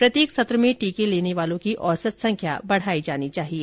प्रत्येक सत्र में टीके लेने वालों की औसत संख्या बढ़ाई जानी चाहिए